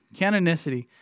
Canonicity